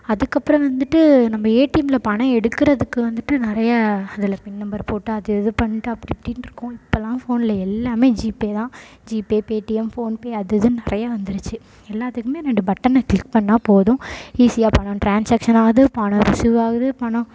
அதுக்கு அப்புறம் வந்துட்டு நம்ம ஏடிஎம்மில் பணம் எடுக்கிறதுக்கு வந்துட்டு நிறைய அதில் பின் நம்பர் போட்டு அது இது பண்ணிட்டு அப்படி இப்படின்ட்ருக்கும் இப்பெல்லாம் ஃபோனில் எல்லாமே ஜிபே தான் ஜிபே பேடிஎம் ஃபோன்பே அது இதுன்னு நிறைய வந்துடுச்சு எல்லாத்துக்குமே ரெண்டு பட்டனை க்ளிக் பண்ணால் போதும் ஈஸியாக பணம் ட்ரான்ஷாக்ஷன் ஆகுது பணம் ரிசீவ் ஆகுது பணம்